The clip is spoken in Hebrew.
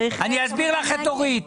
אני אסביר לך את אורית.